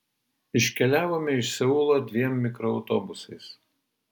iškeliavome iš seulo dviem mikroautobusais